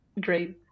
great